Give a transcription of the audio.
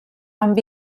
amb